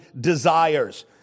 desires